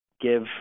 give